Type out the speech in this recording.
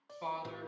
Father